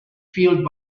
fueled